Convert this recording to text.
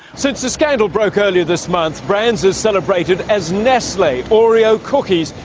since the scandal broke earlier this month, brands as celebrated as nestle, oreo cookies,